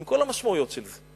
עם כל המשמעויות של זה.